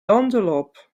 antelope